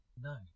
No